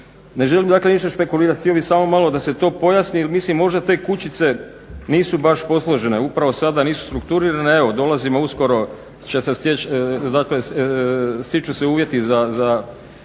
Ne želim dakle ništa špekulirati. Htio bih samo malo da se to pojasni, jer mislim možda te kućice nisu baš posložene, upravo sada nisu strukturirane. Evo dolazimo uskoro će se, stiču se uvjeti za